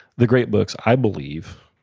the great books, i believe,